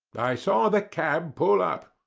i saw the cab pull up.